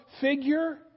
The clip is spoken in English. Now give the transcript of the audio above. figure